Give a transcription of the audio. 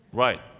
Right